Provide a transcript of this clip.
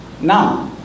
Now